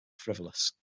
frivolous